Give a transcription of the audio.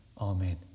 Amen